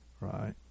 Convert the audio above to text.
right